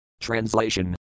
Translation